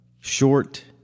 short